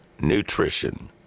Nutrition